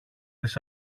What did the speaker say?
τις